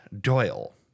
Doyle